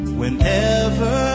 whenever